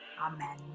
amen